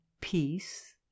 peace